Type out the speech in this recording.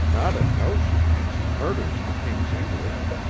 not a notion and she murders the king's english.